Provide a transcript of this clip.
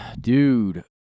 Dude